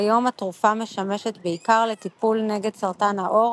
כיום התרופה משמשת בעיקר לטיפול נגד סרטן העור,